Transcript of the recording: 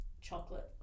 Chocolate